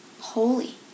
holy